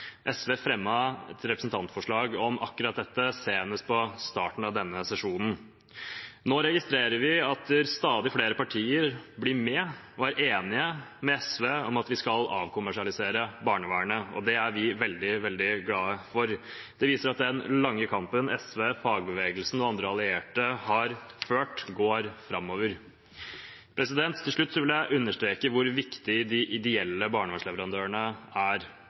SV fremmet et representantforslag om akkurat dette senest i starten av denne sesjonen. Nå registrerer vi at stadig flere partier blir med og er enige med SV i at vi skal avkommersialisere barnevernet. Det er vi veldig, veldig glade for. Det viser at den lange kampen SV, fagbevegelsen og andre allierte har ført, går framover. Til slutt vil jeg understreke hvor viktige de ideelle barnevernsleverandørene er.